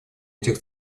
этих